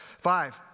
five